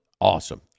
awesome